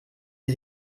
die